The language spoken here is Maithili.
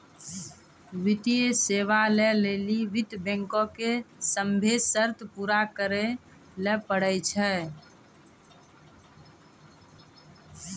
वित्तीय सेवा लै लेली वित्त बैंको के सभ्भे शर्त पूरा करै ल पड़ै छै